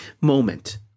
moment